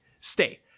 stay